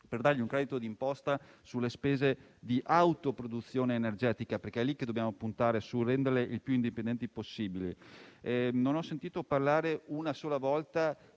e dare loro un credito di imposta sulle spese di autoproduzione energetica, perché dobbiamo puntare sul renderle il più indipendenti possibile. Non ho sentito dire una sola volta